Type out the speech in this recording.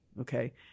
okay